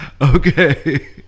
Okay